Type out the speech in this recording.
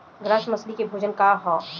Grass मछली के भोजन का ह?